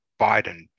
Biden